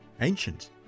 ancient